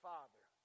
Father